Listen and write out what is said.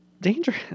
dangerous